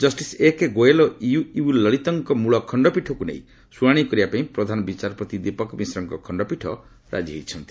justice A K Goel ଓ U U ଲଳିତଙ୍କ ମୂଳ ଖଣ୍ଡପୀଠକୁ ନେଇ ଶୁଣାଶି କରିବା ପାଇଁ ପ୍ରଧାନ ବିଚାରପତି ଦୀପକ ମିଶ୍ରଙ୍କ ଖଣ୍ଡପୀଠ ରାଜି ହୋଇଛନ୍ତି